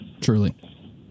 truly